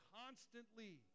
constantly